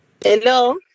Hello